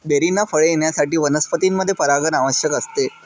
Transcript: बेरींना फळे येण्यासाठी वनस्पतींमध्ये परागण आवश्यक असते